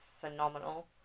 phenomenal